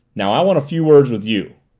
now i want a few words with you!